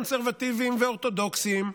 קונסרבטיבים ואורתודוקסים,